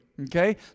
okay